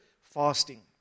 fasting